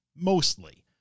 mostly